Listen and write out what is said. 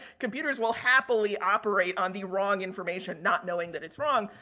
computers will happily operate on the wrong information not knowing that it's wrong.